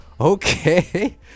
okay